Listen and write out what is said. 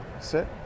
Sit